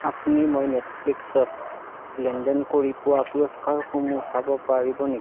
আপুনি মই নেটফ্লিক্সত লেনদেন কৰি পোৱা পুৰস্কাৰসমূহ চাব পাৰিব নেকি